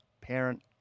parent